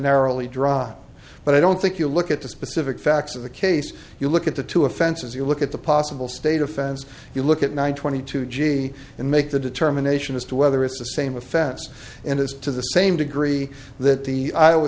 narrowly drawn but i don't think you look at the specific facts of the case you look at the two offenses you look at the possible state offense you look at nine twenty two g and make the determination as to whether it's the same offense and as to the same degree that the i wa